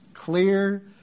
clear